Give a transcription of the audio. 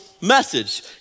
message